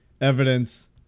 evidence